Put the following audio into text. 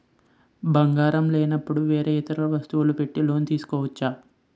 బంగారం లేనపుడు వేరే ఇతర వస్తువులు పెట్టి లోన్ తీసుకోవచ్చా?